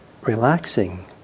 relaxing